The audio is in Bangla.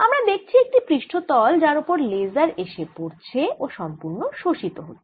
আমরা দেখছি একটি পৃষ্ঠতল যার ওপরে লেসার এশে পরছে ও সম্পুর্ণ শোষিত হচ্ছে